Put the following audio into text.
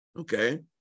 Okay